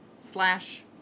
slash